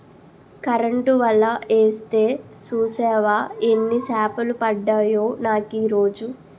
Current వల యేస్తే సూసేవా యెన్ని సేపలు పడ్డాయో నాకీరోజు?